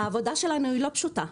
העבודה שלנו לא פשוטה.